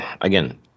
again